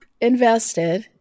invested